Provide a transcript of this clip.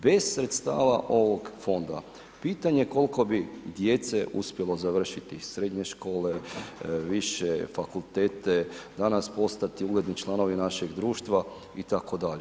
Bez sredstava ovog Fonda pitanje kol'ko bi djece uspjelo završiti srednje škole, više, fakultete, danas postati ugledni članovi našeg društva i tako dalje.